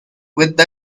with